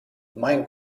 mein